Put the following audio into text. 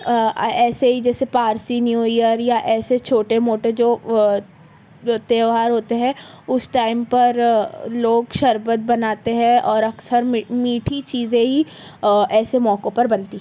ایسے ہی جیسے پارسی نیو ایئر یا ایسے چھوٹے موٹے جو تیوہار ہوتے ہیں اس ٹائم پر لوگ شربت بناتے ہیں اور اکثر میٹھی چیزیں ہی ایسے موقعوں پر بنتی